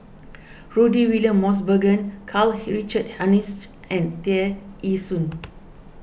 Rudy William Mosbergen Karl Richard Hanitsch and Tear Ee Soon